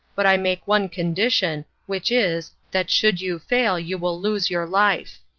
but i make one condition, which is, that should you fail you will lose your life.